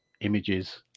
images